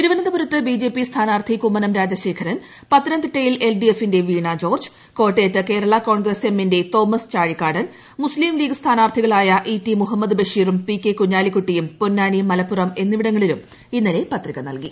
തിരുവനന്തപുരത്ത് ബിജെപി സ്ഥാനാർത്ഥി കുമ്മനം രാജശേഖരൻ പത്തനംതിട്ടയിൽ എൽഡിഎഫിന്റെ വീണാ ജോർജ് കോട്ടയത്ത് കേരള കോൺഗ്രസ് എമ്മിന്റെ തോമസ് ചാഴിക്കാടൻ മുസ്ത്രീംലീഗ് സ്ഥാനാർത്ഥികളായ ഇടി മുഹമ്മദ് ബ ഷീറും പി കെ കുഞ്ഞാലിക്കൂട്ടിയും പ്പൊന്ന്മുനി മലപ്പുറം എന്നിവി ടങ്ങളിലും ഇന്നലെ പത്രിക നൽകി